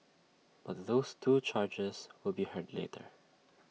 but those two charges will be heard later